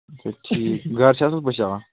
اَچھا ٹھیٖک گرٕ چھا اصٕل پٲٹھۍ چَلان